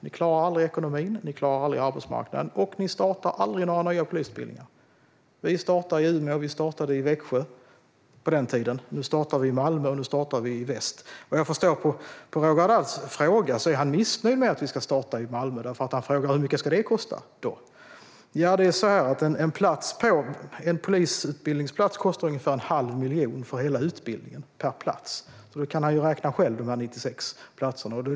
Ni klarar aldrig ekonomin, ni klarar aldrig arbetsmarknaden och ni startar aldrig några nya polisutbildningar. Vi startade tidigare i Umeå och Växjö. Nu startar vi i Malmö och väst. Vad jag förstår på Roger Haddads fråga är han missnöjd med att vi ska starta i Malmö, eftersom han frågar: Hur mycket ska det kosta då? En plats på en polisutbildning kostar ungefär en halv miljon för hela utbildningen. Då kan han ju räkna själv vad de 96 platserna kostar.